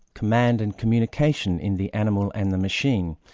command and communication in the animal and the machine.